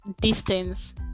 distance